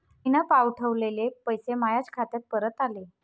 मीन पावठवलेले पैसे मायाच खात्यात परत आले